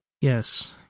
Yes